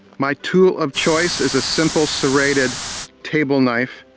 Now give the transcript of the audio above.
my tool of choice is a simple serrated table knife,